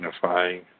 signifying